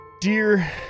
Dear